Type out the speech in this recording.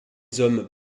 hommes